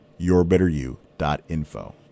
yourbetteryou.info